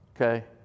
Okay